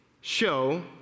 show